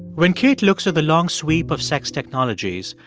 when kate looks at the long sweep of sex technologies,